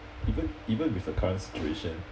even even with the current situation